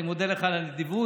אני מודה לך על הנדיבות.